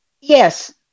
Yes